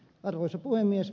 arvoisa puhemies